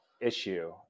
issue